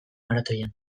maratoian